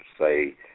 say